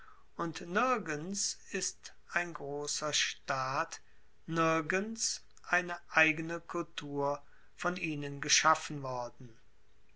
und nirgends ist ein grosser staat nirgends eine eigene kultur von ihnen geschaffen worden